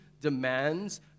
demands